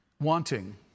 wanting